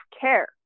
care